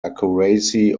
accuracy